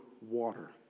water